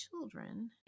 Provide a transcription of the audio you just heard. children